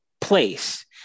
place